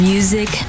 Music